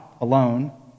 alone